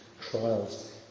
trials